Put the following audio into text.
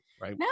right